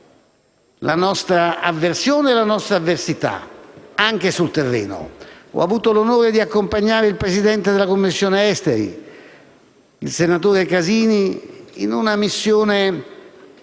la nostra avversione e la nostra avversità, anche sul terreno. Ho avuto l'onore di accompagnare il presidente della Commissione affari esteri, il senatore Casini, in una missione